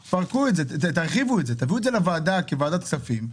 תביאו את זה לוועדת כספים,